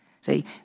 See